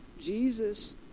Jesus